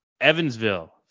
Evansville